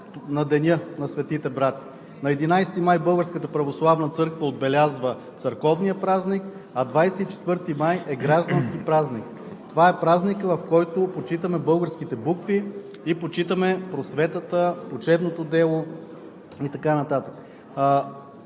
на Деня на Светите братя: на 11 май Българската православна църква отбелязва църковния празник, а 24 май е граждански празник. Това е празникът, в който почитаме българските букви и просветата, учебното дело и така нататък.